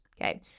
okay